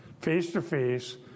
face-to-face